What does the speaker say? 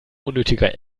unnötiger